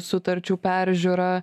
sutarčių peržiūra